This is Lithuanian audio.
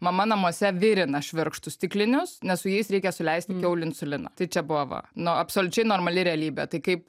mama namuose virina švirkštus stiklinius nes su jais reikia suleisti kiaulių insuliną tai čia buvo va nu absoliučiai normali realybė tai kaip